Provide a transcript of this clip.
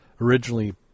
originally